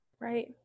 right